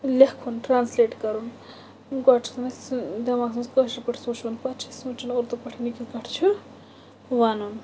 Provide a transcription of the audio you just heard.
لٮ۪کھُن ٹرٛانٕسلیٹ کَرُن گۄڈٕ چھِ آسان سُہ دٮ۪ماغَس منٛز کٲشٕر پٲٹھۍ سونٛچُن پَتہٕ چھِ آسان سونٛچُن اُردو پٲٹھۍ یہِ کِتھ کٲٹھۍ چھُ وَنُن